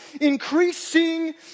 Increasing